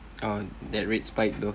oh that red spike though